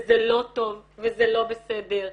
וזה לא טוב וזה לא בסדר,